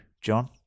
John